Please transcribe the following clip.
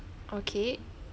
okay